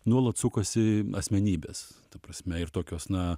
nuolat sukosi asmenybės ta prasme ir tokios na